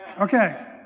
Okay